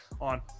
on